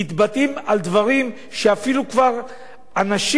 מתבטאים על דברים שאפילו אנשים,